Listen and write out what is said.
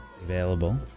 available